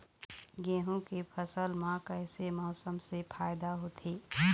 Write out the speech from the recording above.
गेहूं के फसल म कइसे मौसम से फायदा होथे?